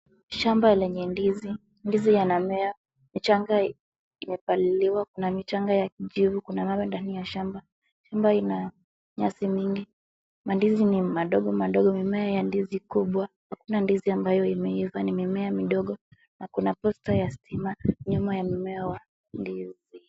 Shamba lenye ndizi ndizi yanamea mchangaa imepalilia mchanga kuna michanga ya kijivu kuna mawe ndani ya shamba. shamba ina nyasi mingi mandizi ni madogomadogo mimea ya ndizi kubwa hakuna ndizi ambayo imeiva ni mimea midogo na kuna posta ya sitima nyuma ya mimea wa ndizi.